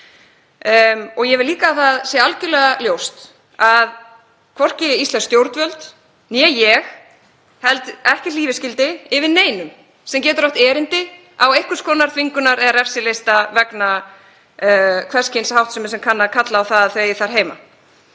Ég vil líka að það sé algerlega ljóst að hvorki íslensk stjórnvöld né ég höldum hlífiskildi yfir neinum sem getur átt erindi á einhvers konar þvingunar- eða refsilista vegna hvers kyns háttsemi sem kann að kalla á að þau eigi þar heima.